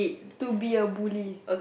to be a bully